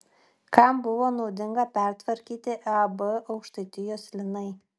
kam buvo naudinga pertvarkyti ab aukštaitijos linai